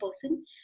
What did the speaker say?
person